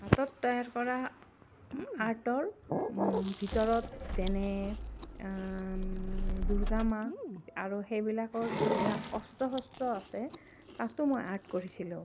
হাতত তৈয়াৰ কৰা আৰ্টৰ ভিতৰত যেনে দুৰ্গা মা আৰু সেইবিলাকৰ যিবিলাক অস্ত্ৰ শস্ত্ৰ আছে তাতো মই আৰ্ট কৰিছিলোঁ